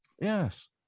Yes